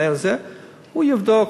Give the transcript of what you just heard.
הוא יבדוק,